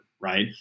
right